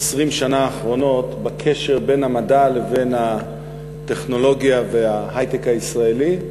השנים האחרונות בקשר בין המדע לבין הטכנולוגיה וההיי-טק הישראלי,